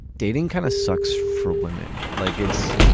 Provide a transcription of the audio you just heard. dating kind of sucks for women like it's